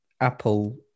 Apple